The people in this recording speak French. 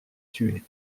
tué